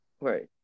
right